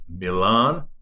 Milan